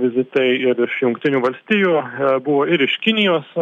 vizitai ir iš jungtinių valstijų buvo ir iš kinijos